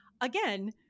Again